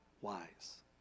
wise